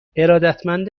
ارادتمند